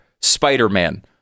Spider-Man